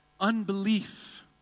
unbelief